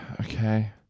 okay